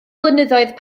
fynyddoedd